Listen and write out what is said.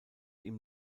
ihm